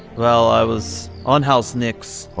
well. i was on house knicks,